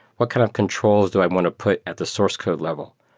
what kind of controls do i want to put at the source code level?